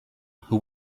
who